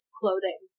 clothing